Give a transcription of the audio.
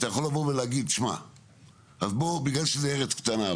אתה יכול לבוא ולהגיד: בגלל שזו ארץ קטנה,